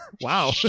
wow